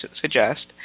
suggest